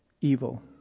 evil